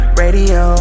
radio